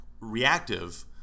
reactive